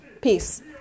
Peace